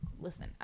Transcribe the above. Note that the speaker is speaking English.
listen